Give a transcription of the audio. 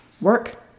work